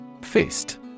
Fist